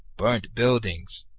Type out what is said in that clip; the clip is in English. burnt buildings,